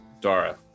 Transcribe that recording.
Dara